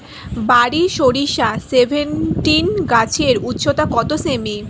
বারি সরিষা সেভেনটিন গাছের উচ্চতা কত সেমি?